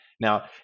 Now